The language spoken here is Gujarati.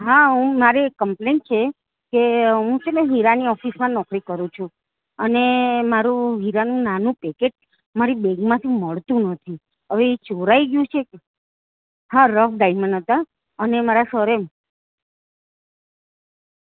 હા હું મારી એક કમ્પ્લેન છે કે હું છે ને હીરા ઓફિસમાં નોકરી કરું છું અને મારું હીરાનું નાનું પેકેટ મારી બેગમાંથી મળતું નથી હવે એ ચોરાઈ ગયું છે કે હા રફ ડાયમંડ હતા અને મારા સરે